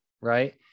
right